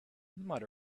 might